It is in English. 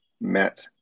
met